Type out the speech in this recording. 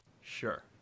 Sure